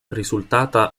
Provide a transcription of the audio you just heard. risultata